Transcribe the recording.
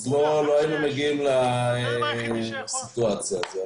אז לא היינו מגיעים לסיטואציה הזו,